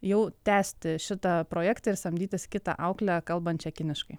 jau tęsti šitą projektą ir samdytis kitą auklę kalbančią kiniškai